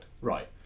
Right